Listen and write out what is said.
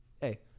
hey